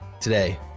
today